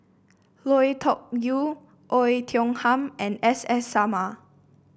Lui Tuck Yew Oei Tiong Ham and S S Sarma